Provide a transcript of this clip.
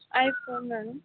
आइफोनहरू